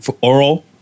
oral